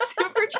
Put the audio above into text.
super